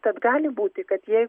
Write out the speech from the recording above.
tad gali būti kad jei